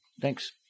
Thanks